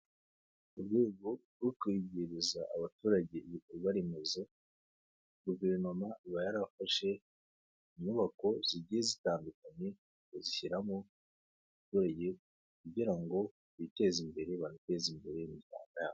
Mu rwego rwo kwegereza abaturage ibikorwaremezo guverinoma iba yarafashe inyubako zigiye zitandukanye bazishyiramo abaturage kugira ngo biteze imbere bateze imbere imiryango yabo.